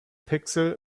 pixel